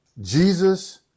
Jesus